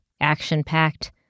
action-packed